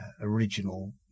original